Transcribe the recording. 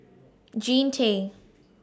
Jean Tay